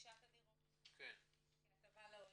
לרכישת הדירות כהטבה לעולים.